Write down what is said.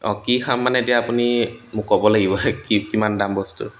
অঁ কি খাম মানে এতিয়া আপুনি মোক ক'ব লাগিব কি কিমান দাম বস্তু